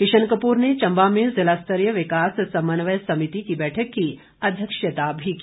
किशन कपूर ने चंबा में ज़िला स्तरीय विकास समन्वय समिति की बैठक की अध्यक्षता भी की